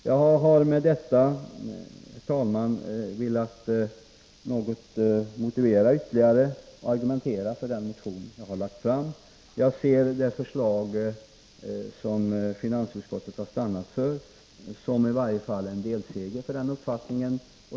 Jag har med detta, herr talmäån, velat något ytterligare motivera och argumentera för den motion som jag har väckt. Det förslag som finansutskottet har stannat för ser jag såsom i varje fall en delseger för min uppfattning.